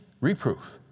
reproof